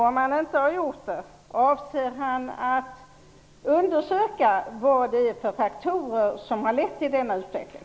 Om han inte har gjort det - avser han att undersöka vad det är för faktorer som har lett till denna utveckling?